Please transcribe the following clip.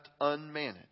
unmanaged